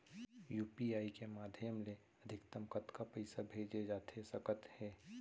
UPI के माधयम ले अधिकतम कतका पइसा भेजे जाथे सकत हे?